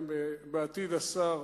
ברמה העקרונית,